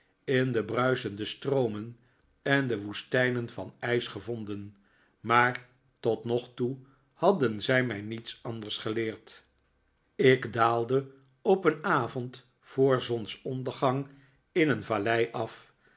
in de bruisende stroomen en de woestenijen van ijs gevonden maar tot nog toe hadden zij mij niets anders geleerd ik daalde op een avond voor zonsondergang in een vallei af